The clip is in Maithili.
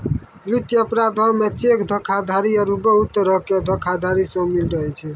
वित्तीय अपराधो मे चेक धोखाधड़ी आरु बहुते तरहो के धोखाधड़ी शामिल रहै छै